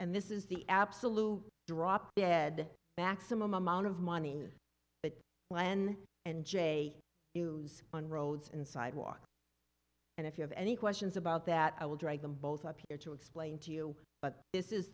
and this is the absolute drop dead back some amount of money that when and j ews on roads and sidewalks and if you have any questions about that i will drag them both up here to explain to you but this is